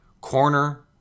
Corner